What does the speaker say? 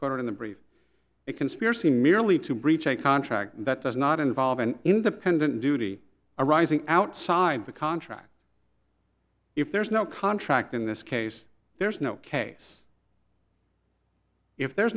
quoted in the brief a conspiracy merely to breach a contract that does not involve an independent duty arising outside the contract if there is no contract in this case there is no case if there is